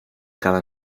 cada